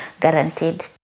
guaranteed